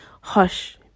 Hush